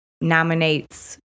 nominates